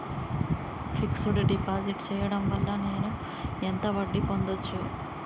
Fix డ్ deposit చేయటం వల్ల నేను ఎంత వడ్డీ పొందచ్చు?